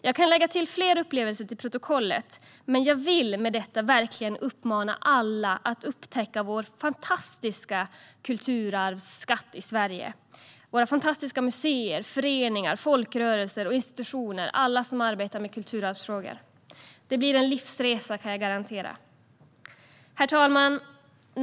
Jag kan lägga fler upplevelser till protokollet, men jag vill med detta verkligen uppmana alla att upptäcka vår fantastiska kulturarvsskatt i Sverige: våra fantastiska museer, föreningar, folkrörelser och institutioner - alla som arbetar med kulturarvsfrågor. Det blir en livsresa, kan jag garantera. Herr talman!